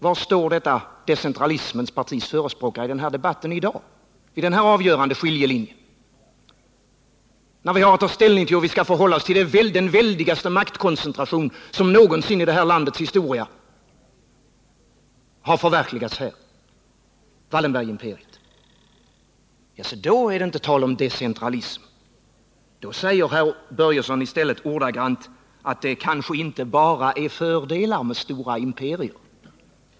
Var står detta decentralismens partis förespråkare i den här debatten i dag? Var står han i den här avgörande skiljelinjen, när vi har att ta ställning till hur vi skall förhålla oss till den väldigaste maktkoncentration som någonsin i det här landets historia har förverkligats, dvs. Wallenbergimperiet? Jo, då är det inte tal om decentralism. Då säger herr Börjesson i stället: Det kanske inte bara är fördelar med stora imperier.